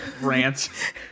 rant